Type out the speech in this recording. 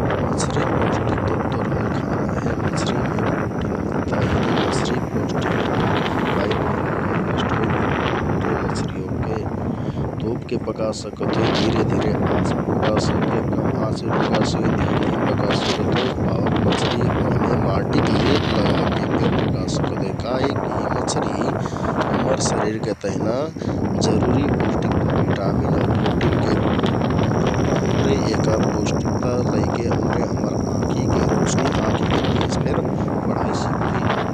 मछरि पौष्टिक तत्व रहल खाना हे । मछरिमे प्रोटिन मिलता । यदि मछरिक पौस्टिकता नाइ हिरबाइक तेहना, नाइ नष्ट होइक तेहना हमरे मछरि ओहके तोपके पका सिकत होइ । धिरे धिरे आँचमे पका सिकत होइ, कम आँचमे पका सिकत, धिमधिम पका सिकत होइ आउर मछरि ओहमे माटिक लेप लगाके फेर पका सिकत होइ । काहिकि मछरि हम्मर शरिरके तेहना जरुरी पौष्टिकता भिटामिन आउर प्रोटिनके रुपमे पुरा करता । हमरे यहका पौष्टिकता लैके हमरे हम्मर आँखिके रोशनि, आँखिके तेजफेर बढाइ सिकती ।